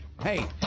Hey